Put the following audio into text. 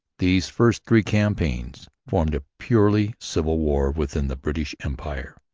these first three campaigns formed a purely civil war within the british empire.